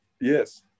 yes